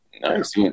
Nice